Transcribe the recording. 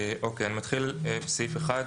אוקי, אני מתחיל לקרוא מסעיף 1: